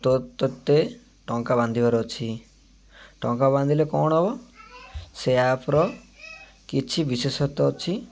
ତ ତୋତେ ଟଙ୍କା ବାନ୍ଧିବାର ଅଛି ଟଙ୍କା ବାନ୍ଧିଲେ କ'ଣ ହେବ ସେ ଆପ୍ର କିଛି ବିଶେଷତଃ ଅଛି